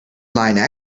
line